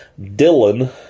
Dylan